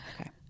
Okay